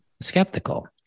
skeptical